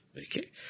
okay